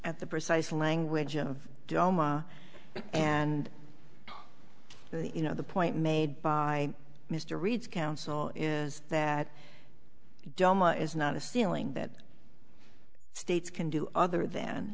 at the precise language of doma and you know the point made by mr reed's counsel is that doma is not a ceiling that states can do other than